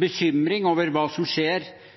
bekymring over hva som skjer